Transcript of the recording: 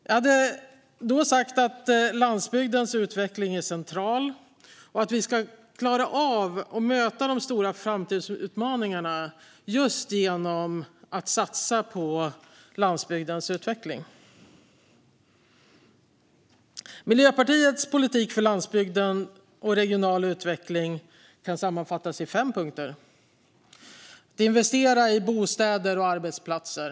Jag hade då sagt att landsbygdens utveckling är central och att vi ska klara av att möta de stora framtidsutmaningarna just genom att satsa på landsbygdens utveckling. Miljöpartiets politik för landsbygden och regional utveckling kan sammanfattas i fem punkter: Det handlar om att investera i bostäder och arbetsplatser.